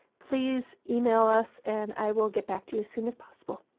please email us, and i will get back to you as soon as possible.